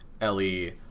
Ellie